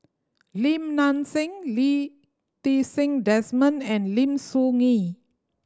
Lim Nang Seng Lee Ti Seng Desmond and Lim Soo Ngee